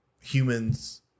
humans